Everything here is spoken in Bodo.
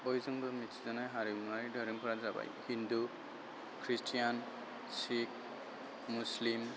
बयजोंबो मिथिजानाय हारिमुआरि दोहोरोमफोरानो जाबाय हिन्दु क्रिस्टियान सिक मुस्लिम